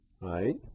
right